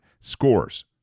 scores